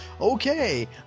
okay